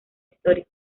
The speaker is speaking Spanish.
histórica